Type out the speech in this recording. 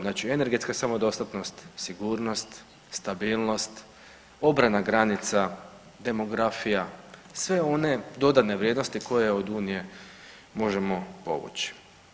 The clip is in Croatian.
Znači energetska samodostatnost, sigurnost, stabilnost, obrana granica, demografija, sve one dodane vrijednosti koje od Unije možemo povući.